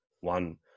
one